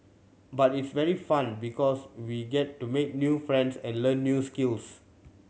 but it's very fun because we get to make new friends and learn new skills